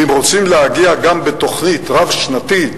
ואם רוצים להגיע גם בתוכנית רב-שנתית,